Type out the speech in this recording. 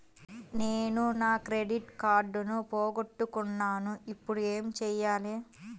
నేను నా క్రెడిట్ కార్డును పోగొట్టుకున్నాను ఇపుడు ఏం చేయాలి?